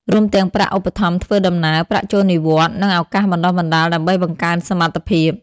រួមទាំងប្រាក់ឧបត្ថម្ភធ្វើដំណើរ ប្រាក់ចូលនិវត្តន៍ និងឱកាសបណ្តុះបណ្តាល ដើម្បីបង្កើនសមត្ថភាព។